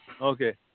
Okay